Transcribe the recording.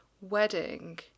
wedding